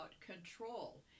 control